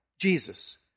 Jesus